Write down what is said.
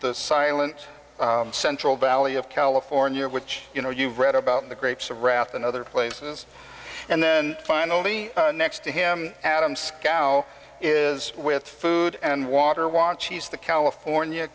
the silent central valley of california which you know you've read about the grapes of wrath and other places and then finally next to him adam scowl is with food and water watch he's the california